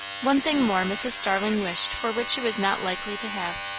one thing more mrs. starling wished for which she was not likely to have,